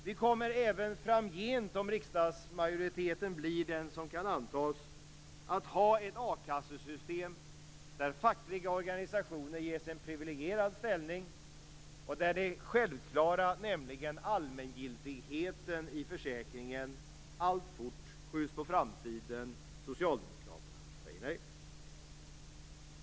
Vi kommer alltså även framgent, om riksdagsmajoriteten blir den som det kan antas att det blir, att ha ett a-kassesystem där fackliga organisationer ges en privilegierad ställning och där det självklara, nämligen allmängiltigheten i försäkringen, alltfort skjuts på framtiden - Socialdemokraterna säger nej.